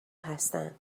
هستن